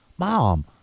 Mom